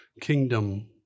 kingdom